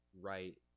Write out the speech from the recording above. right